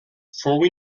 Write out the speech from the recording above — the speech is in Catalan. fou